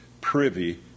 privy